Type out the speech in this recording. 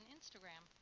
Instagram